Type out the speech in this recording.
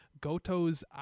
Goto's